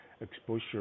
exposure